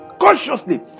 consciously